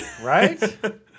Right